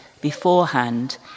beforehand